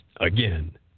again